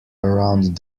around